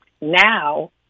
Now